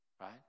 Right